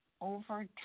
over